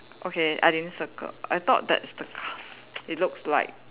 okay I didn't circle I thought that's the it looks like